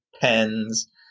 pens